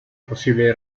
posible